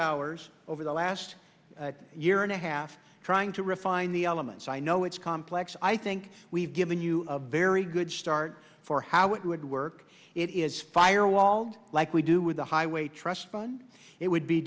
hours over the last year and a half trying to refine the elements i know it's complex i think we've given you a very good start for how it would work it is firewalled like we do with the highway trust fund it would be